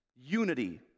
unity